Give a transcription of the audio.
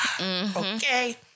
Okay